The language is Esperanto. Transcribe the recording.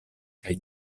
kaj